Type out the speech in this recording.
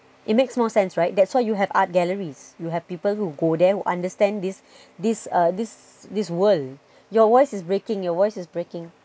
it makes more sense right that's why you have art galleries you have people who go there who understand this this this this world your voice is breaking your voice is breaking